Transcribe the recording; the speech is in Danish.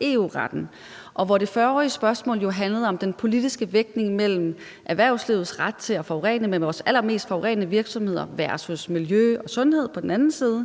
EU-retten. Hvor det forrige spørgsmål jo handlede om den politiske vægtning mellem erhvervslivets ret til at forurene gennem vores allermest forurenende virksomheder versus miljø og sundhed på den anden side,